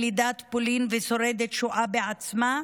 ילידת פולין ושורדת שואה בעצמה,